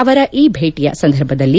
ಅವರ ಈ ಭೇಟಿಯ ಸಂದರ್ಭದಲ್ಲಿ